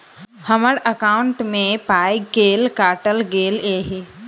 हम्मर एकॉउन्ट मे पाई केल काटल गेल एहि